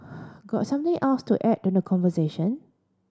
got something else to add to the conversation